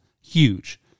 huge